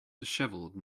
dishevelled